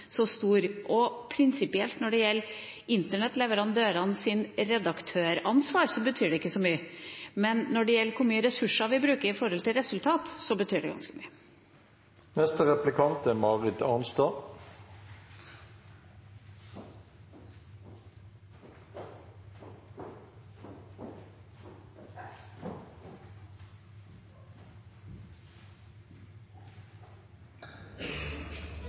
så mye, og prinsipielt, når det gjelder internettleverandørenes redaktøransvar, betyr det ikke så mye. Men når det gjelder hvor mye ressurser vi bruker i forhold til resultat, betyr det ganske mye. Det er